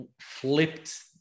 flipped